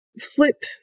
flip